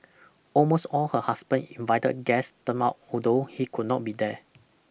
almost all her husband invited guest turned up although he could not be there